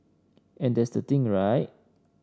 and that's the thing right